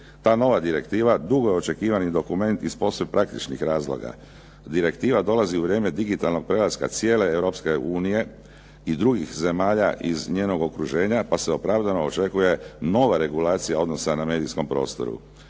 Ta nova direktiva dugo je očekivani dokument iz posve praktičnih razloga. Direktiva dolazi u vrijeme digitalnog prelaska cijele Europske unije i drugih zemalja iz njenog okruženja, pa se opravdano očekuje nova regulacija odnosa na medijskom prostoru.